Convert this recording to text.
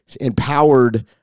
empowered